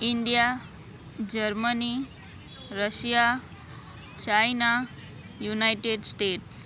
India Germany Russia China United States